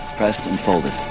pressed and folded.